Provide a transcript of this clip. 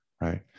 right